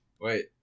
wait